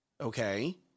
Okay